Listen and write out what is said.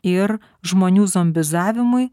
ir žmonių zombizavimui